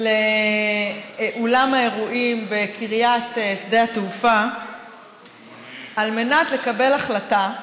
לאולם האירועים בקריית שדה התעופה על מנת לקבל החלטה שקובעת,